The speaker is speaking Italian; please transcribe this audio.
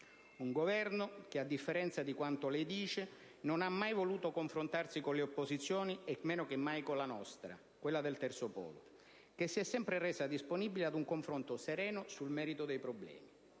un Governo che, a differenza di quanto lei dice, non ha mai voluto confrontarsi con le opposizioni, e meno che mai con la nostra, quella del Terzo polo, che si è sempre resa disponibile ad un confronto sereno sul merito dei problemi.